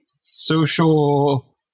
social